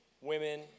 women